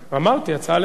אמרתי, הצעה לסדר-היום.